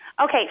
Okay